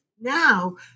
now